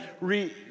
re